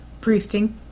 Priesting